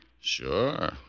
Sure